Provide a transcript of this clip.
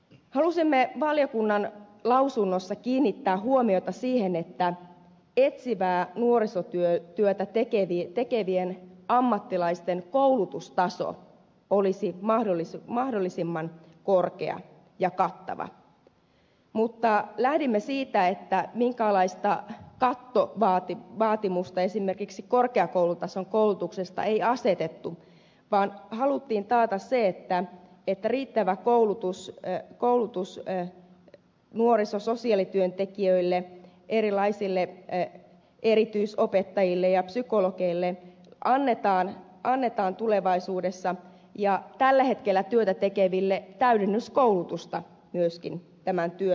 halusimme valiokunnan lausunnossa kiinnittää huomiota siihen että etsivää nuorisotyötä tekevien ammattilaisten koulutustaso olisi mahdollisimman korkea ja kattava mutta lähdimme siitä että minkäänlaista kattovaatimusta esimerkiksi korkeakoulutason koulutuksesta ei asetettu vaan haluttiin taata se että riittävä koulutus nuoriso ja sosiaalityöntekijöille erilaisille erityisopettajille ja psykologeille annetaan tulevaisuudessa ja annetaan myöskin tällä hetkellä työtä tekeville täydennyskoulutusta tämän työn tekemiseen